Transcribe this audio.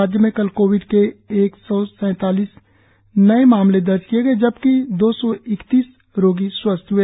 राज्य में कल कोविड के एक सैतालीस ने मामले दर्ज किए गए जबकि दो सौ इकतीस रोगी स्वस्थ हुए